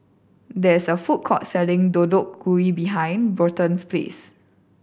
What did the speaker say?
there is a food court selling Deodeok Gui behind Bryton's place